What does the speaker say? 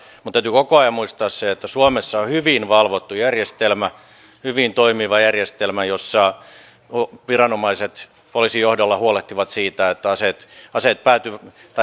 täytyy koko ajan muistaa se että suomessa on hyvin valvottu järjestelmä hyvin toimiva järjestelmä jossa viranomaiset poliisin johdolla huolehtivat siitä että aseet on hyvin rekisteröity